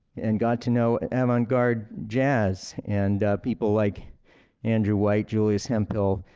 and got to know avant garde jazz. and people like andrew white, julius hemphill,